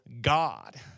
God